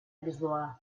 lisboa